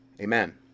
amen